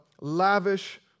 lavish